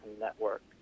Network